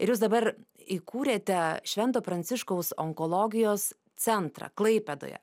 ir jūs dabar įkūrėte švento pranciškaus onkologijos centrą klaipėdoje